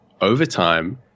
overtime